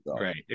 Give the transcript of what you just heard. Right